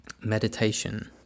meditation